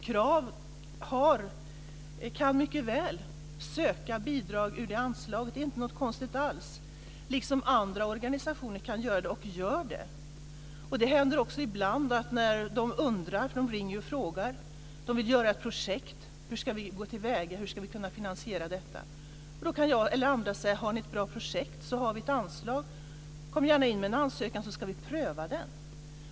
Krav kan mycket väl söka bidrag ur det anslaget, det är inte något konstigt alls, liksom andra organisationer kan göra det och gör det. Det händer ibland att någon vill göra ett projekt och ringer och frågar: Hur ska vi gå till väga? Hur ska vi kunna finansiera detta? Då kan jag eller någon annan säga: Har ni ett bra projekt har vi ett anslag. Kom gärna in med en ansökan så ska vi pröva den.